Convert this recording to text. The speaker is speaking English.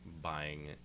buying